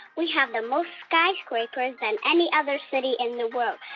we have the most skyscrapers than any other city in the world,